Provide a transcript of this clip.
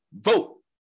vote